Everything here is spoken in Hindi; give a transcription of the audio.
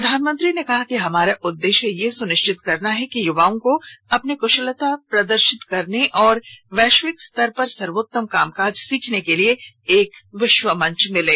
प्रधानमंत्री ने कहा कि हमारा उदेश्य यह सुनिश्चित करना है कि युवाओं को अपनी कृशलता का प्रदर्शन करने और वैश्विक स्तर पर सर्वोत्तम कामकाज से सीखने के लिये एक विश्व मंच मिले